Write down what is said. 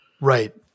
right